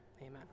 Amen